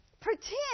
pretend